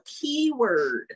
keyword